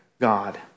God